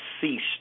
ceased